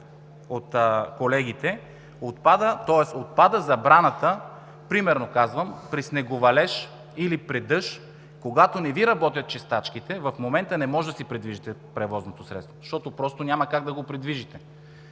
от колегите сега отпада забраната, примерно казвам, при снеговалеж или при дъжд, когато не Ви работят чистачките, в момента не можете да придвижите превозното си средство, защото няма как да го придвижите.